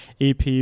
EP